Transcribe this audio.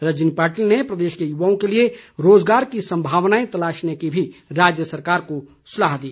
रजनी पाटिल ने प्रदेश के युवाओं के लिए रोजगार की संभावनाएं तलाशने की भी राज्य सरकार को सलाह दी